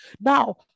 Now